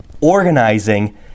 organizing